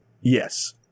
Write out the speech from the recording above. Yes